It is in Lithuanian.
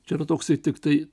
čia yra toks tiktai